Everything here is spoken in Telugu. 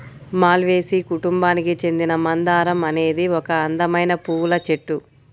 మాల్వేసి కుటుంబానికి చెందిన మందారం అనేది ఒక అందమైన పువ్వుల చెట్టు